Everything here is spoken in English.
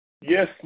Yes